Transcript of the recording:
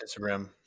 Instagram